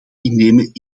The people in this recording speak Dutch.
innemen